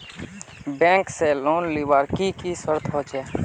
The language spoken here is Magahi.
बैंक से लोन लुबार की की शर्त होचए?